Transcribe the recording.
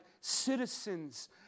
citizens